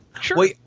sure